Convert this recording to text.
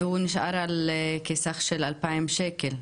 והוא נשאר על סך של כ- 2,000 ש"ח,